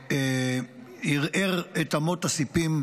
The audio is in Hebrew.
שערער את אמות הסיפים,